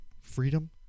freedom